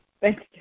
Thanks